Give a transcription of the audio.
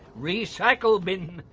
recycle bin!